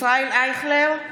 ישראל אייכלר,